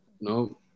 no